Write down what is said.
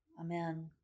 amen